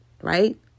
Right